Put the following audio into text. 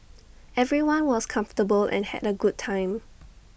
everyone was comfortable and had A good time